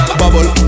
bubble